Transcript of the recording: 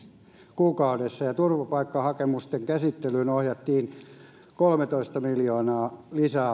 kuukaudessa ja turvapaikkahakemusten käsittelyyn ohjattiin kolmetoista miljoonaa